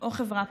או חברה פרטית.